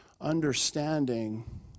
understanding